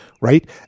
right